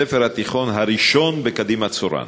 בית-הספר התיכון הראשון בקדימה-צורן.